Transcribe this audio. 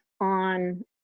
on